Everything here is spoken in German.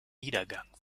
niedergang